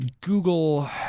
Google